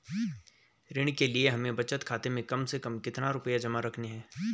ऋण के लिए हमें बचत खाते में कम से कम कितना रुपये जमा रखने हैं?